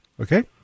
okay